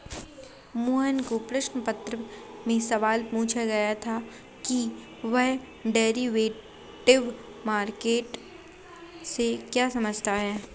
मोहन को प्रश्न पत्र में सवाल पूछा गया था कि वह डेरिवेटिव मार्केट से क्या समझता है?